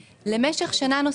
למשך שנה נוספת.